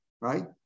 Right